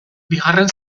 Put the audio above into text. bigarren